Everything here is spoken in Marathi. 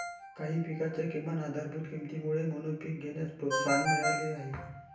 काही पिकांच्या किमान आधारभूत किमतीमुळे मोनोपीक घेण्यास प्रोत्साहन मिळाले आहे